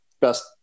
best